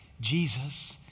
Jesus